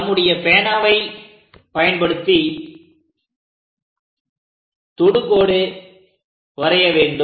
நம்முடைய பேனாவை பயன்படுத்தி தொடுகோடு வரைய வேண்டும்